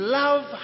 love